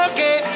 Okay